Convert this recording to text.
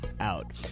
out